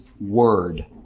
word